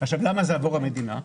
למה זה עבור המדינה?